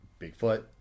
Bigfoot